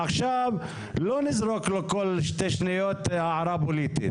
עכשיו לא נזרוק לו כל שתי שניות הערה פוליטית.